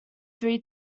three